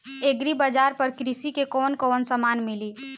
Agri बाजार पर कृषि के कवन कवन समान मिली?